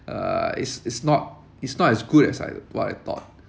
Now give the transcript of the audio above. uh it's it's not it's not as good as I what I thought